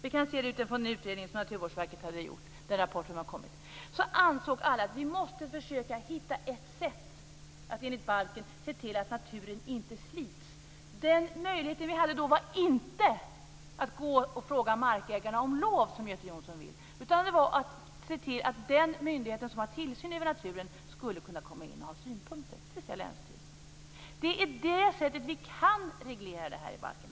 Vi kan se det utifrån den utredning som Naturvårdsverket hade gjort och den rapport som har kommit. Alla ansåg att vi måste försöka hitta ett sätt att enligt balken se till att naturen inte slits. Den möjligheten vi hade då var inte att gå och fråga markägarna om lov, som Göte Jonsson vill, utan den var att se till att den myndighet som har tillsyn över naturen skulle kunna komma in och ha synpunkter, dvs. länsstyrelsen. Det är på det sättet vi kan reglera det här i balken.